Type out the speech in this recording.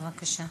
בבקשה.